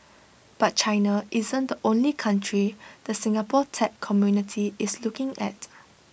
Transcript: but China isn't the only country the Singapore tech community is looking at